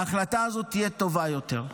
ההחלטה הזאת תהיה טובה יותר.